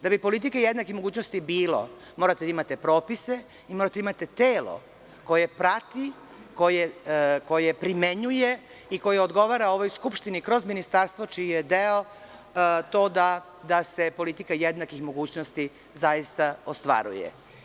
Da bi politike jednakih mogućnosti bilo, morate da imate propise i morate da imate telo koje prati, koje primenjuje i koje odgovara ovoj Skupštini kroz ministarstvo, čiji je deo to da se politika jednakih mogućnosti zaista ostvaruje.